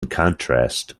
contrast